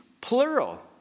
plural